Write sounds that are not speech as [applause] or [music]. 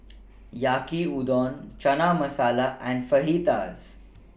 [noise] Yaki Udon Chana Masala and Fajitas